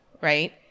right